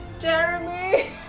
Jeremy